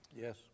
Yes